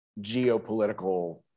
geopolitical